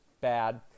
bad